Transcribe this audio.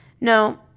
No